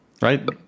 right